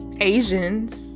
Asians